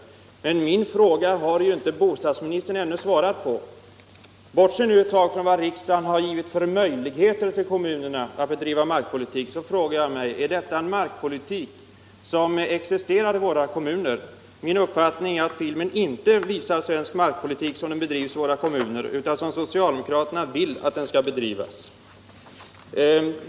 Men bostadsministern har ännu inte svarat på min fråga. Om jag ett tag bortser från vilka möjligheter riksdagen har givit kommunerna att bedriva markpolitik frågar jag: Visar filmen den markpolitik som bedrivs i våra kommuner? Min uppfattning är att det gör den inte — den visar den markpolitik som socialdemokraterna vill skall bedrivas.